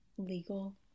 legal